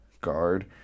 guard